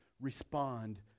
respond